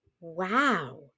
wow